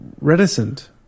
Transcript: reticent